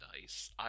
nice